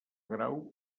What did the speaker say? grau